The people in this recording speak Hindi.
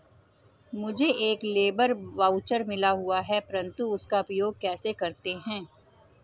मुझे एक लेबर वाउचर मिला हुआ है परंतु उसका उपयोग कैसे करते हैं?